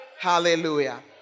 Hallelujah